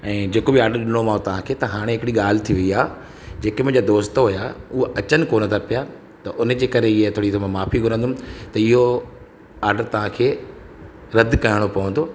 ऐं जेको बि ऑडर ॾिनो मां तव्हांखे त हाणे हिकिड़ी ॻाल्हि थी वई आहे जेके मुंहिंजा दोस्त हुआ उहा अचनि कोन था पिया त उन जे करे इहा थोरी त माफ़ी घुरंदुमि त इहो ऑडर तव्हांखे रद करिणो पवंदो